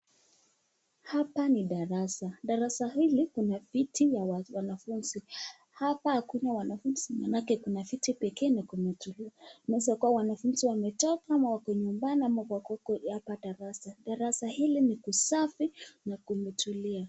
Hapa ni darasa darasa hili kuna viti ya wanafunzi hapa hakuna wanafunzi manaake kuna viti pekee na kuna kumetulia inaweza kuwa wanafunzi wametoka ama wako nyumbani au hwako huku darasa darasa hili ni kusafi na kumetulia.